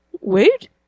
Wait